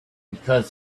because